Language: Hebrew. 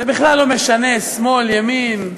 ובכלל לא משנה שמאל ימין,